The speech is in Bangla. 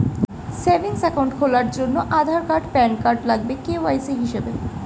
সেভিংস অ্যাকাউন্ট খোলার জন্যে আধার আর প্যান কার্ড লাগবে কে.ওয়াই.সি হিসেবে